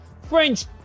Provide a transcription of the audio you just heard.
French